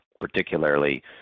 particularly